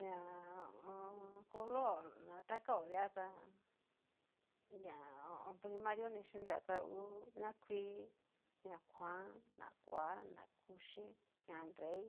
Ña hon color na ta kao di'a tá ña primario ni xhinrua tangú ña kuii, ña kuan, ña kuoa, ña nrei,